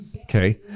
okay